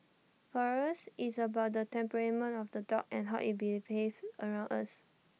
for us IT is about the temperament of the dog and how IT behaves around us